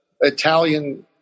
italian